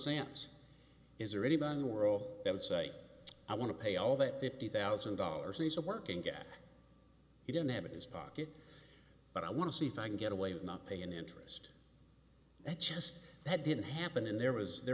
sense is there anybody in world that would say i want to pay all that fifty thousand dollars he's a working guy we don't have in his pocket but i want to see if i can get away with not paying an interest that's just that didn't happen and there was there